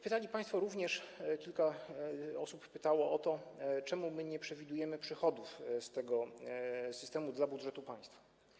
Pytali państwo również, kilka osób o to pytało, dlaczego nie przewidujemy przychodów z tego systemu dla budżetu państwa.